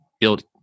build